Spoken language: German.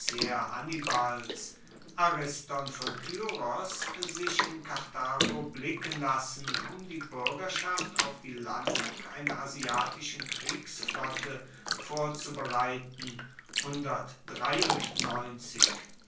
hannibals ariston von tyros sich in karthago blicken lassen um die buergerschaft auf die landung einer asiatischen kriegsflotte vorzubereiten